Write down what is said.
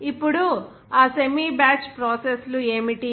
ఇప్పుడు ఆ semi batch process లు ఏమిటి